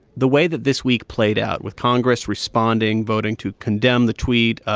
the way that this week played out with congress responding, voting to condemn the tweet,